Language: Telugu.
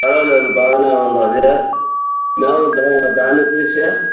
పర్వాలేదు బాగా ఉంది మేము దాన్ని చూసి